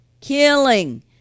killing